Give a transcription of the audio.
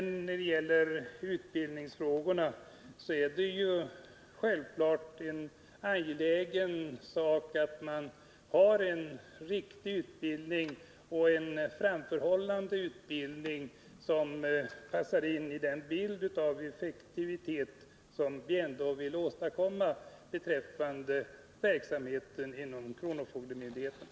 När det gäller utbildningsfrågorna är det självfallet angeläget med en riktig och framförhållande utbildning, som överensstämmer med den effektivitet som vi ändå vill åstadkomma beträffande verksamheten inom kronofogdemyndigheterna.